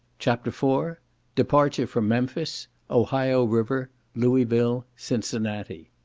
chapter four departure from memphis ohio river louisville cincinnati